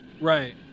right